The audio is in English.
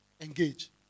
Engage